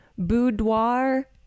boudoir